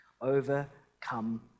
overcome